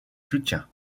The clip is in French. soutiens